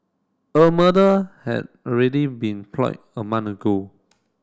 a murder had already been a month ago